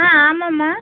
ஆ ஆமாம்மா